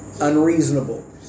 unreasonable